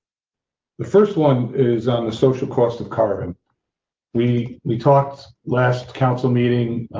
the first, one is on the social cost of carbon. we, we talked last council meeting